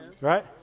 Right